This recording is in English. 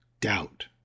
doubt